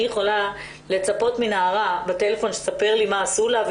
יכולה לצפות מנערה בטלפון שתספר לי מה עשו לה,